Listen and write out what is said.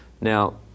Now